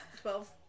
Twelve